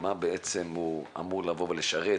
מה בעצם הוא אמור לשרת,